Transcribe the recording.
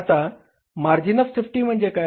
आता margin of safety म्हणजे काय